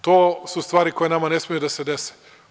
To su stvari koje nama ne smeju da se dese.